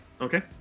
okay